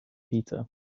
peter